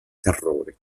terrore